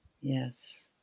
Yes